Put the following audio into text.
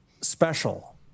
special